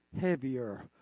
heavier